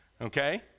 Okay